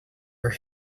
her